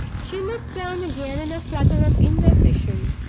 she looked down again in a flutter of indecision.